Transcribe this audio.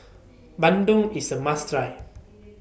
Bandung IS A must Try